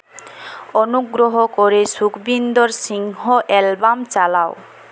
অনুগ্রহ করে সুখবিন্দর সিংহ অ্যালবাম চালাও